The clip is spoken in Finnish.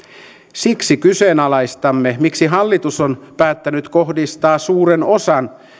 siksi kyseenalaistamme miksi hallitus on päättänyt kohdistaa suuren osan